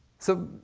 so